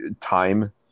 time